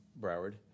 Broward